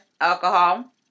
alcohol